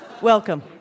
Welcome